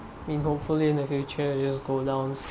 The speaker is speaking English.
been hopefully in the future you just go down